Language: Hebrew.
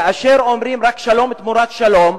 כאשר אומרים רק שלום תמורת שלום?